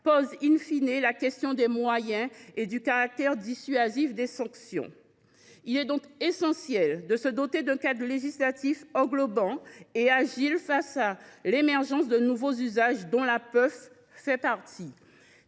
pose,, la question des moyens et du caractère dissuasif des sanctions. Il est donc essentiel de se doter d’un cadre législatif englobant et agile face à l’émergence de nouveaux usages, dont la puff fait partie.